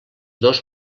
dos